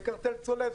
זה קרטל צולב,